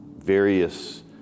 various